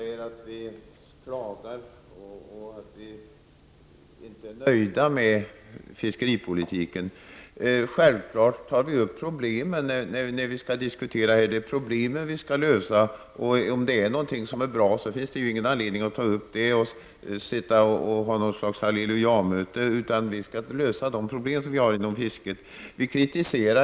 Herr talman! Kaj Larsson säger att vi moderater klagar och inte är nöjda med fiskeripolitiken. Självfallet diskuterar vi problemen och försöker lösa dem. Om något är bra finns det ingen anledning att diskutera det och ha något slags hallelujamöte. Vi skall lösa de problem som finns inom fiskenäringen.